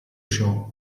ciò